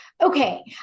Okay